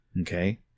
Okay